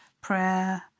prayer